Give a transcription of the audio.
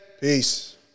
Peace